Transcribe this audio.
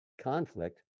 conflict